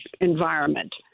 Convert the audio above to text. environment